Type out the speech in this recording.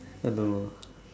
I don't know